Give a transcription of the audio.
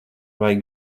vajag